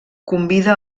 convida